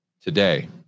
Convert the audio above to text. today